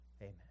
Amen